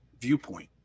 viewpoint